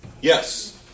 Yes